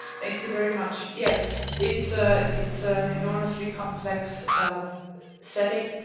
thank you very much. yes, it's a it's ah an enormously complex setting.